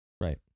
Right